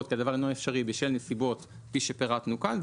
כי הדבר אינו אפשרי בשל נסיבות כפי שפירטנו כאן,